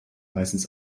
meistens